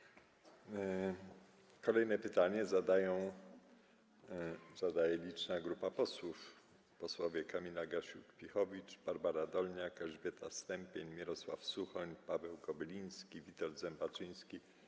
Kolejne pytanie zadaje liczna grupa posłów, posłowie: Kamila Gasiuk-Pihowicz, Barbara Dolniak, Elżbieta Stępień, Mirosław Suchoń, Paweł Kobyliński, Witold Zembaczyński.